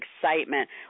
excitement